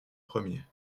premier